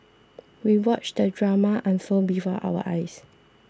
we watched the drama unfold before our eyes